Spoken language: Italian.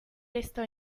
restò